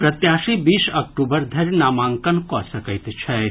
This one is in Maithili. प्रत्याशी बीस अक्टूबर धरि नामांकन कऽ सकैत छथि